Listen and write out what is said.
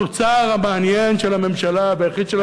התוצר המעניין של הממשלה והיחיד של הממשלה,